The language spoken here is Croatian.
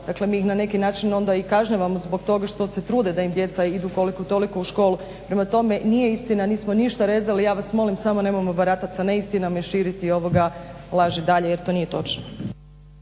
Dakle mi ih na neki način onda i kažnjavamo zbog toga što se trude da im djeca idu koliko toliko u školu. Prema tome nije istina, nismo ništa rezali, ja vas molim samo nemojmo baratat sa neistinom i širiti laži dalje jer to nije točno.